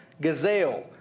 gazelle